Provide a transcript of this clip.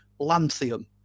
lanthium